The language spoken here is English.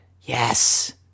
yes